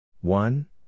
one